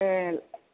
L